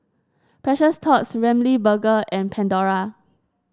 Precious Thots Ramly Burger and Pandora